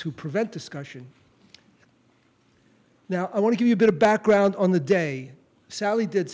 to prevent discussion now i want to give you a bit of background on the day sally did